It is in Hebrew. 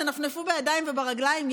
תנפנפו בידיים וברגליים,